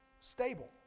stable